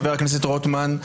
חבר הכנסת רוטמן,